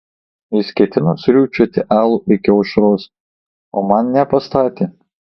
jis ketino sriūbčioti alų iki aušros o man nepastatė